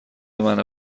منو